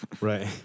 Right